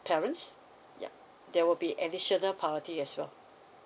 parents yup there will be additional priority as well